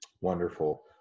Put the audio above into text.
Wonderful